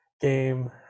game